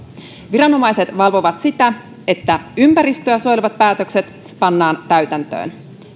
viranomaiset valvovat sitä että ympäristöä suojelevat päätökset pannaan täytäntöön